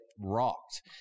rocked